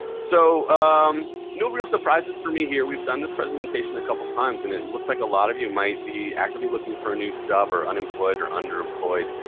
so um no real surprises for me here. we've done this presentation a couple times. and it and looks like a lot of you might be actively looking for a new job or unemployed or underemployed.